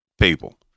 people